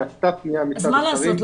אז מה לעשות,